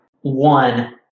one